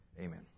amen